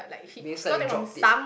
means like you drop it